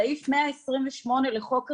סעיף 128 לחוק הרישוי,